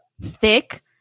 thick